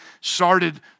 started